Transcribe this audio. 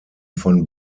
von